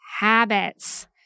habits